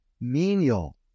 menial